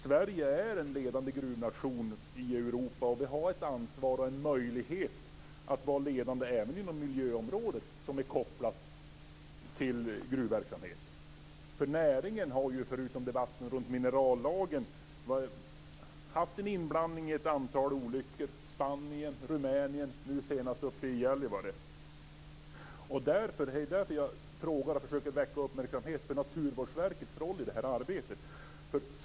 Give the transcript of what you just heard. Sverige är en ledande gruvnation i Europa, och vi har ett ansvar och en möjlighet att vara ledande även på miljöområdet, som är kopplat till gruvverksamhet. Näringen har ju, förutom debatten runt minerallagen, haft en inblandning i ett antal olyckor - i Spanien, i Rumänien och nu senast uppe i Gällivare. Det är därför jag frågar om och försöker väcka uppmärksamhet för Naturvårdsverkets roll i det här arbetet.